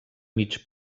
mig